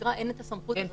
בשגרה אין את הסמכות הזו